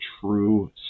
true